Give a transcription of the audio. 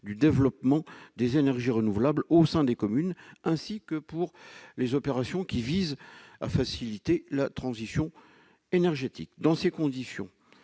du développement des énergies renouvelables au sein des communes, ainsi que pour les opérations visant à faciliter la transition énergétique. Dans ces conditions,